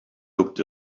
looked